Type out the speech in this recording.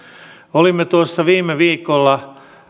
olimme viime viikolla